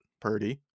Purdy